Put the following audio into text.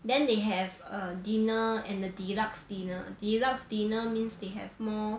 then they have err dinner and the deluxe dinner deluxe dinner means they have more